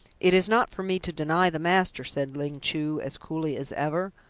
it is not for me to deny the master, said ling chu as coolly as ever.